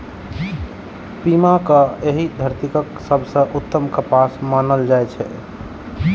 पीमा कें एहि धरतीक सबसं उत्तम कपास मानल जाइ छै